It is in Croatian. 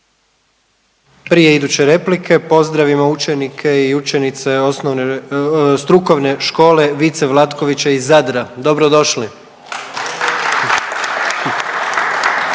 Prije iduće replike pozdravimo učenike i učenice osnovne, Strukovne škole Vice Vlatkovića iz Zadra, dobro došli!